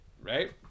right